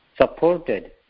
supported